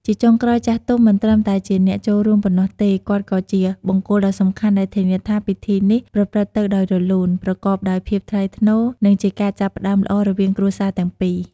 ជាចុងក្រោយ ចាស់ទុំមិនត្រឹមតែជាអ្នកចូលរួមប៉ុណ្ណោះទេ គាត់ក៏ជាបង្គោលដ៏សំខាន់ដែលធានាថា ពិធីនេះប្រព្រឹត្តទៅដោយរលូន ប្រកបដោយភាពថ្លៃថ្នូរ និងជាការចាប់ផ្ដើមល្អរវាងគ្រួសារទាំងពីរ។